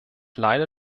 leider